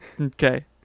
Okay